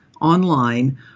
online